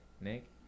Nick